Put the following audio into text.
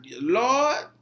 Lord